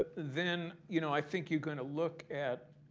then, you know, i think you're going to look at